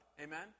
Amen